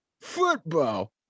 Football